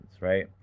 right